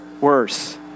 Worse